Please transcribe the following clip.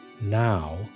Now